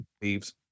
thieves